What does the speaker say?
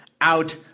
out